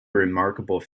remarkable